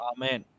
Amen